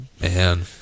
man